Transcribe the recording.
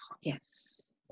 yes